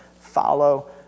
follow